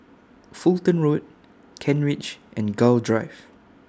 Fulton Road Kent Ridge and Gul Drive